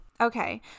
Okay